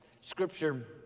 Scripture